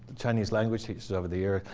chinese language teachers over the years,